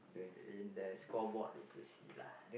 in the scoreboard if you see lah